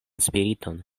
spiriton